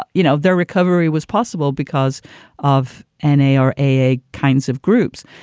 ah you know, their recovery was possible because of an a or a kinds of groups.